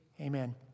Amen